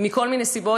מכל מיני סיבות,